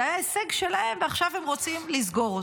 זה היה הישג שלהם, ועכשיו הם רוצים לסגור אותו.